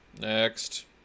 Next